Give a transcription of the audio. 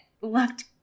looked